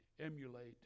emulate